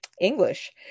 English